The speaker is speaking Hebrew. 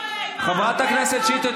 חברת הכנסת שטרית,